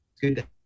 good